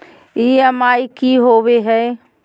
EMI की होवे है?